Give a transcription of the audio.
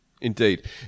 Indeed